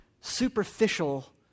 superficial